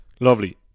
Lovely